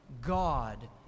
God